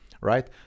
right